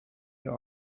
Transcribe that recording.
ihr